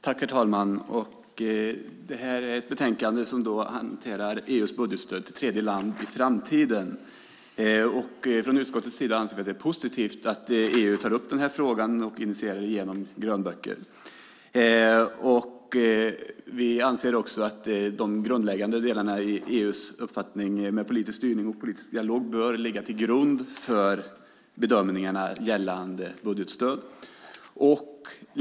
Herr talman! Utlåtande UU4 handlar om EU:s budgetstöd till tredjeland i framtiden. Från utskottets sida anser vi att det är positivt att EU tar upp den här frågan och identifierar den genom grönböcker. Vi anser också att de grundläggande delarna i EU:s uppfattning om politisk styrning och politisk dialog bör ligga till grund för bedömningarna gällande budgetstöd.